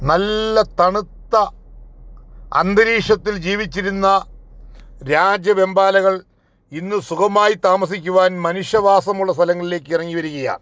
നല്ല തണുത്ത അന്തരീക്ഷത്തിൽ ജീവിച്ചിരുന്ന രാജവെമ്പാലകൾ ഇന്ന് സുഖമായി താമസിക്കുവാൻ മനുഷ്യവാസമുള്ള സ്ഥലങ്ങളിലേക്കിറങ്ങി വരികയാ